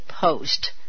post